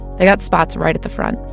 they got spots right at the front.